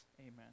Amen